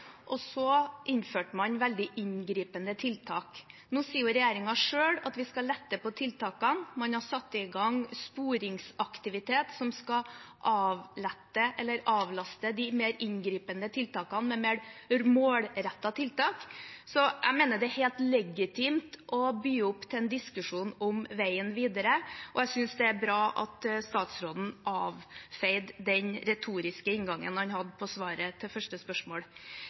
veldig inngripende tiltak. Nå sier regjeringen selv at vi skal lette på tiltakene. Man har satt i gang sporingsaktivitet som skal avlaste de mer inngripende tiltakene med mer målrettede tiltak. Jeg mener det er helt legitimt å by opp til en diskusjon om veien videre, og jeg synes det er bra at statsråden avfeide den retoriske inngangen han hadde, i svaret på det første